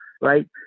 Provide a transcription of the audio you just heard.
right